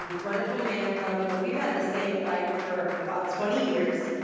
wonderful man, love him, but we've had the same fight for about twenty years.